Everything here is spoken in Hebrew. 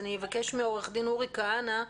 אני אבקש מאורי כהנא,